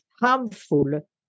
harmful